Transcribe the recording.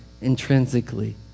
intrinsically